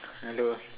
hello